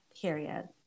Period